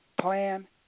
Plan